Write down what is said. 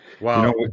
Wow